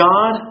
God